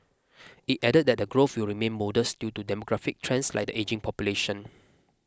it added that the growth will remain modest due to demographic trends like the ageing population